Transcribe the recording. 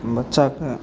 बच्चाके